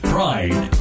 Pride